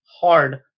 hard